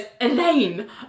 Elaine